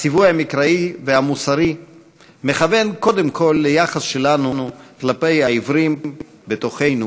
הציווי המקראי והמוסרי מכוון קודם כול ליחס שלנו כלפי העיוורים בתוכנו,